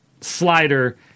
slider